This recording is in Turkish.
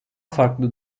farklı